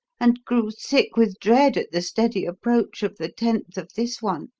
and grew sick with dread at the steady approach of the tenth of this one.